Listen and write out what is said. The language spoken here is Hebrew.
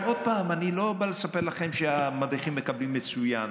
אני לא בא לספר לכם שהמדריכים מקבלים מצוין.